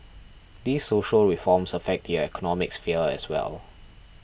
these social reforms affect the economic sphere as well